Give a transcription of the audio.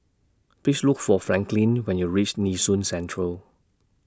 Please Look For Franklin when YOU REACH Nee Soon Central